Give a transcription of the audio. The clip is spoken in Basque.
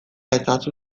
ezazu